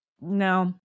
no